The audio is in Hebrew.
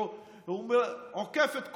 הוא עוקף את כולן,